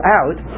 out